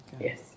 Yes